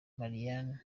marianne